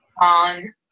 on